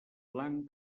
blanc